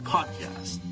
Podcast